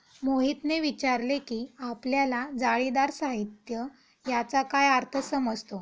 मोहितने विचारले की आपल्याला जाळीदार साहित्य याचा काय अर्थ समजतो?